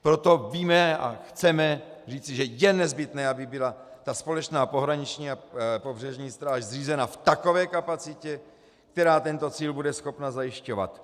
Proto víme a chceme říci, že je nezbytné, aby byla společná pohraniční a pobřežní stráž zřízena v takové kapacitě, která tento cíl bude schopna zajišťovat.